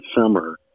summer